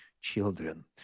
children